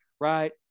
right